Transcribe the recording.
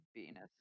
Venus